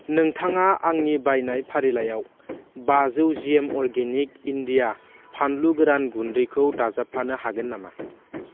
नोंथाङा आंनि बायनायनि फारिलाइयाव बाजौ जिएम अर्गेनिक इन्डिया फानलु गोरान गुन्दैखौ दाजाबफानो हागोन नामा